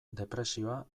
depresioa